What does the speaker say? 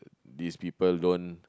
these people don't